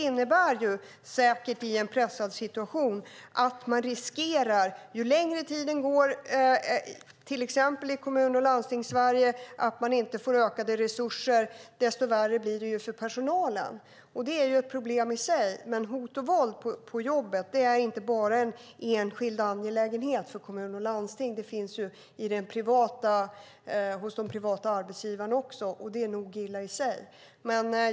I en pressad situation och ju längre tiden går i till exempel Kommun och landstingssverige utan att man får ökade resurser, desto värre blir det för personalen. Det är ett problem i sig, men hot och våld på jobbet är inte enbart en angelägenhet för kommuner och landsting. Det finns hos de privata arbetsgivarna också, vilket är lika illa.